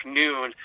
noon